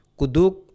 Kuduk